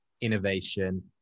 innovation